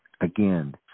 again